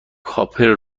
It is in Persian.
کاپر